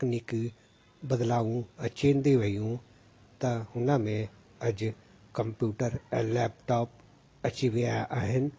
ऐं तकनीकी बदलाऊं अचंदी वयूं त हुन में अॼु कंप्यूटर ऐं लैपटॉप अची विया आहिनि